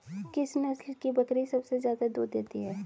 किस नस्ल की बकरी सबसे ज्यादा दूध देती है?